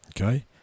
Okay